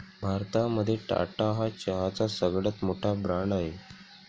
भारतामध्ये टाटा हा चहाचा सगळ्यात मोठा ब्रँड आहे